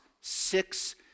six